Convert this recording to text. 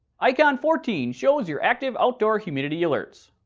icon fourteen shows your active outdoor humidity alerts.